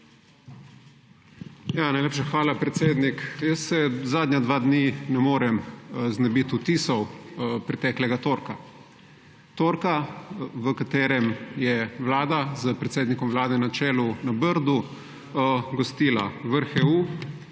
Najlepša hvala, predsednik. Jaz se zadnja dva dni ne morem znebiti vtisov preteklega torka, torka, v katerem je vlada, s predsednikom vlade na čelu, na Brdu gostila vrh